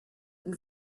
and